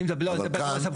אני מדבר על הסמכויות.